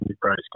price